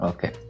Okay